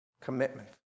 commitment